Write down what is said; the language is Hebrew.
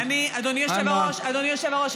אדוני היושב-ראש,